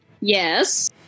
Yes